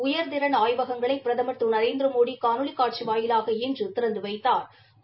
உயா்திறன் ஆய்வகங்களை பிரதமா் திரு நரேந்திரமோடி காணொலி காட்சி வாயிலாக இன்று திறந்து வைத்தாா்